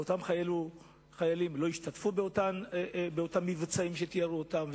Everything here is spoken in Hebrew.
ואותם חיילים לא השתתפו באותם מבצעים שתיארו אותם,